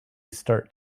start